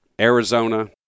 Arizona